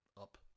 up